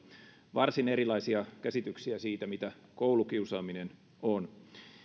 varsin erilaisia käsityksiä siitä mitä koulukiusaaminen on